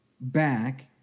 back